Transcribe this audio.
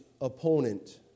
opponent